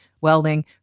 welding